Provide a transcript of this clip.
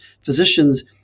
physicians